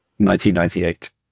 1998